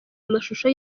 amashusho